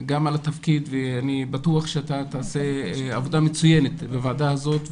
על התפקיד ואני בטוח שתעשה עבודה מצוינת בוועדה הזאת,